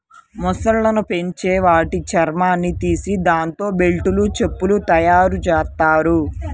మొసళ్ళను పెంచి వాటి చర్మాన్ని తీసి దాంతో బెల్టులు, చెప్పులు తయ్యారుజెత్తారు